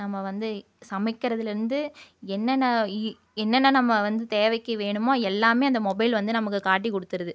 நம்ம வந்து சமைக்கிறதுலேருந்து என்னென்ன என்னென்ன நம்ம வந்து தேவைக்கு வேணுமோ எல்லாமே அந்த மொபைல் வந்து நமக்கு காட்டி கொடுத்துருது